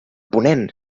ponent